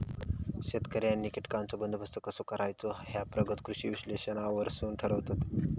शेतकऱ्यांनी कीटकांचो बंदोबस्त कसो करायचो ह्या प्रगत कृषी विश्लेषणावरसून ठरवतत